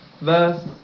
verse